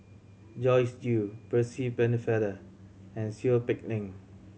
Joyce Jue Percy Pennefather and Seow Peck Leng